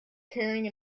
carrying